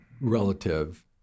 relative